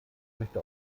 möchte